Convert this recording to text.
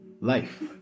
life